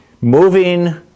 moving